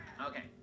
Okay